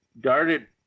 darted